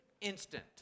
instant